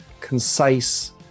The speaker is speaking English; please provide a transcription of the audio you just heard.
concise